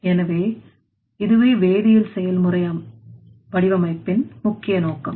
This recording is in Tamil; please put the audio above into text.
எனவே இதுவே வேதியல் செயல்முறை அடிமைப்பெண் முக்கிய நோக்கம்